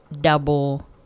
double